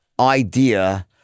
idea